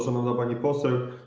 Szanowna Pani Poseł!